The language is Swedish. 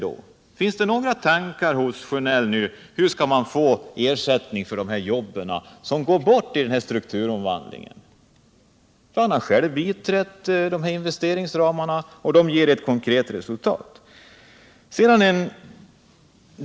Har Bengt Sjönell några tankar om hur man skall få ersättning för de jobb som går bort vid denna strukturomvandling? Han har själv biträtt investeringsramarna, och de ger ett konkret resultat.